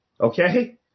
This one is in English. Okay